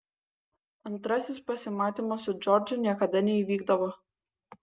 antrasis pasimatymas su džordžu niekada neįvykdavo